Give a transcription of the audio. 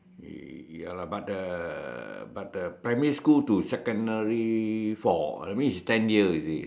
ya lah but the but the primary school to secondary four I mean its ten year you see